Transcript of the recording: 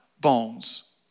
bones